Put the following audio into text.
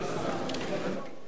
בבקשה.